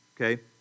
okay